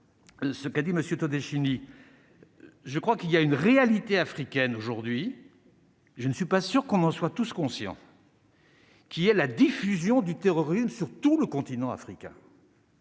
ce qu'a dit monsieur Todeschini, je crois qu'il y a une réalité africaine aujourd'hui je ne suis pas sûr qu'on en soit tous conscients. Qui est la diffusion du terrorisme sur tout le continent africain.